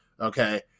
okay